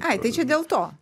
ai tai čia dėl to